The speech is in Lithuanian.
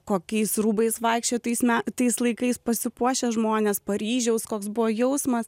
kokiais rūbais vaikščiojo tais me tais laikais pasipuošę žmonės paryžiaus koks buvo jausmas